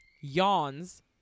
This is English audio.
yawns